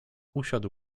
usiadł